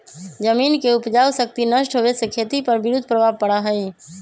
जमीन के उपजाऊ शक्ति नष्ट होवे से खेती पर विरुद्ध प्रभाव पड़ा हई